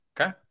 Okay